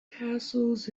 castles